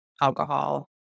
alcohol